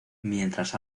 mientras